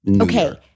Okay